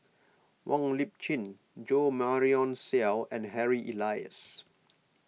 Wong Lip Chin Jo Marion Seow and Harry Elias